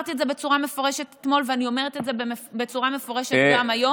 אמרתי את זה בצורה מפורשת אתמול ואני אומרת את זה בצורה מפורשת גם היום.